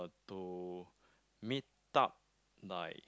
to meetup like